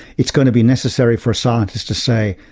it's going to be necessary for a scientist to say,